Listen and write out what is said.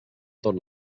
tot